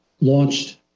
launched